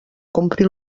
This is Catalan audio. compri